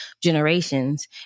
generations